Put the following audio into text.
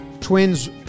Twins